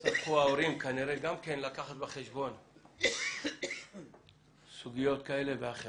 יצטרכו ההורים כנראה גם כן לקחת בחשבון סוגיות כאלה ואחרות,